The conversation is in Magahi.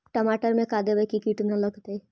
टमाटर में का देबै कि किट न लगतै?